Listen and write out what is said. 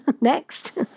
next